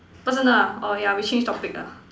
personal ah orh yeah we change topic ah